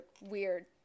weird